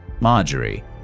Marjorie